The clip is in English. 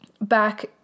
back